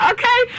Okay